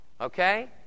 okay